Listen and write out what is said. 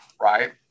right